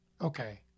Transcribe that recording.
okay